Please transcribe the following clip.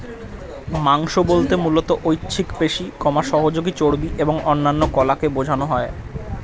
মাংস বলতে মূলত ঐচ্ছিক পেশি, সহযোগী চর্বি এবং অন্যান্য কলাকে বোঝানো হয়